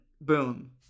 boom